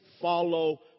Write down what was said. follow